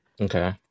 Okay